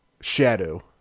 Shadow